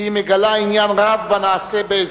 אדוני המשנה לראש הממשלה,